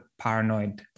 paranoid